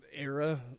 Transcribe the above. era